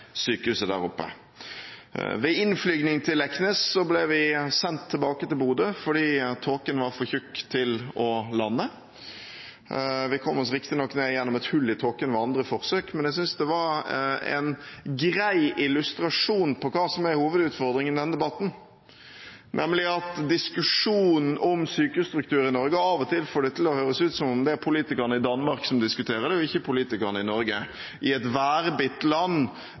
sykehuset der oppe. Ved innflygning til Leknes ble vi sendt tilbake til Bodø fordi tåken var for tjukk til å lande. Vi kom oss riktignok ned gjennom et hull i tåken ved andre forsøk. Men jeg syntes det var en grei illustrasjon på hva som er hovedutfordringen i denne debatten, nemlig at diskusjonen om sykehusstruktur i Norge av og til får det til å høres ut som om det er politikerne i Danmark som diskuterer, og ikke politikerne i Norge, et værbitt land